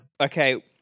Okay